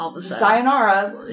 sayonara